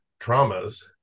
traumas